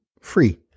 free